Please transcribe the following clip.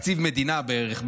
תקציב מדינה בערך,